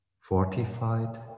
fortified